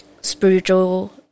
spiritual